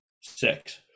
Six